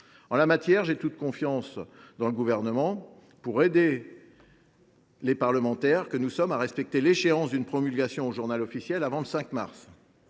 En la matière, j’ai toute confiance dans le Gouvernement pour aider les parlementaires que nous sommes à respecter l’échéance d’une promulgation au avant le 5 mars